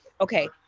okay